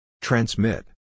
Transmit